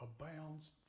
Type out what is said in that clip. abounds